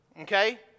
Okay